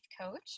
coach